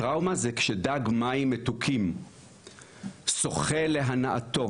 טראומה זה כשדג מים מתוקים שוחה להנאתו